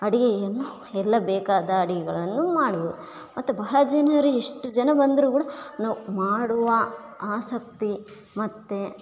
ಅಡುಗೆಯನ್ನು ಎಲ್ಲ ಬೇಕಾದ ಅಡುಗೆಗಳನ್ನು ಮಾಡ್ಬೌದು ಮತ್ತು ಬಹಳ ಜನರು ಎಷ್ಟು ಜನ ಬಂದರು ಕೂಡ ನಾವು ಮಾಡುವ ಆಸಕ್ತಿ ಮತ್ತು